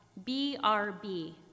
BRB